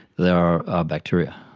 there are bacteria.